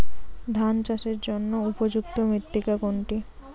ধান চাষের জন্য উপযুক্ত মৃত্তিকা কোনটি?